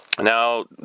Now